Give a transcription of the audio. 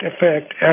effect